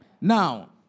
Now